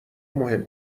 مهم